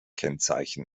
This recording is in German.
kennzeichen